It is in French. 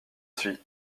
suis